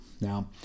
Now